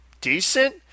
decent